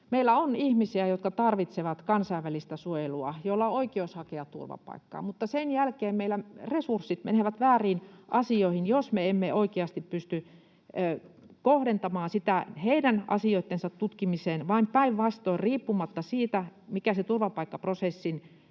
meillä on ihmisiä, jotka tarvitsevat kansainvälistä suojelua, joilla on oikeus hakea turvapaikkaa. Mutta sen jälkeen meillä resurssit menevät vääriin asioihin, jos me emme oikeasti pysty kohdentamaan sitä heidän asioittensa tutkimiseen, vaan päinvastoin riippumatta siitä, mikä se turvapaikkaprosessin